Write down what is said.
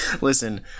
Listen